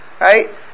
right